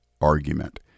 argument